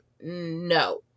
No